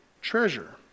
treasure